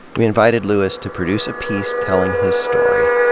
we invited lewis to produce a piece telling his story,